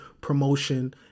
promotion